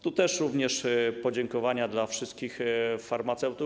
Tu również podziękowania dla wszystkich farmaceutów.